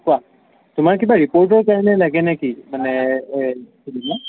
কোৱা তোমাৰ কিবা ৰিপৰ্টৰ কাৰণে লাগে নেকি মানে